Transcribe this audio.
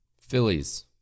Phillies